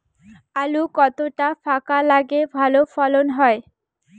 আলু কতটা ফাঁকা লাগে ভালো ফলন হয়?